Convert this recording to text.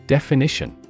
Definition